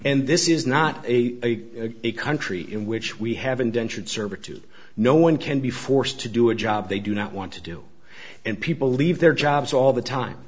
and this is not a a country in which we have indentured servitude no one can be forced to do a job they do not want to do and people leave their jobs all the time